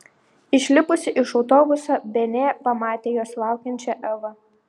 išlipusi iš autobuso benė pamatė jos laukiančią evą